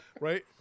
right